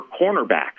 cornerbacks